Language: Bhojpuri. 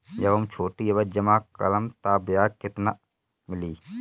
जब हम छोटी अवधि जमा करम त ब्याज केतना मिली?